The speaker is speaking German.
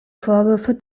vorwürfe